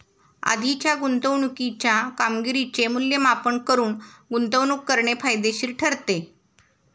आधीच्या गुंतवणुकीच्या कामगिरीचे मूल्यमापन करून गुंतवणूक करणे फायदेशीर ठरते